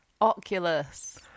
oculus